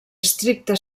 estricta